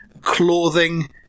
clothing